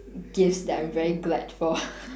gifts that I'm very glad for